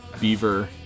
beaver